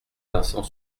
vincent